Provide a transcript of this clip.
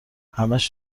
همش